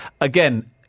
Again